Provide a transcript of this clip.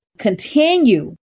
continue